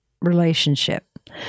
relationship